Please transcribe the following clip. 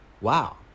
Wow